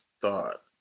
thought